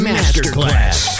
Masterclass